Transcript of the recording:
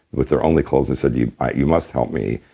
was their only clothes. they said you you must help me.